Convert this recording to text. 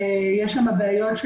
יש שם בעיות.